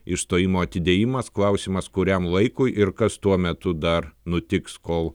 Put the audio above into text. išstojimo atidėjimas klausimas kuriam laikui ir kas tuo metu dar nutiks kol